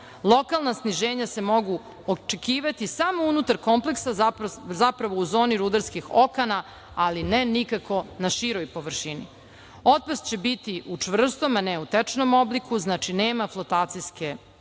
Lokalna sniženja se mogu očekivati samo unutar kompleksa zapravo u zoni rudarskih okana, ali ne nikako na široj površini. Otpad će biti u čvrstom, a ne u tečnom obliku. Znači, nema flotacijske